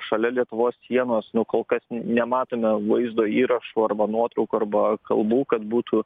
šalia lietuvos sienos nu kol kas nematome vaizdo įrašų arba nuotraukų arba kalbų kad būtų